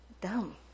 dumb